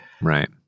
right